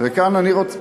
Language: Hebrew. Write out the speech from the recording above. וכאן אני רוצה,